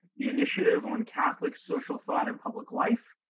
the initiative on catholic social thought and public life,